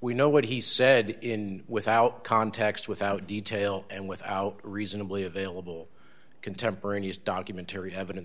we know what he said in without context without detail and without reasonably available contemporaneous documentary evidence